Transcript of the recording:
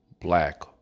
black